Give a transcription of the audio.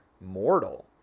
mortal